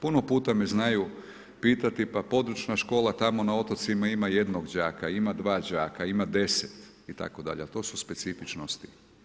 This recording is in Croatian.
Puno puta me znaju pitati pa područna škola tamo na otocima ima jednog đaka, ima dva đaka, ima 10 itd., ali to su specifičnosti.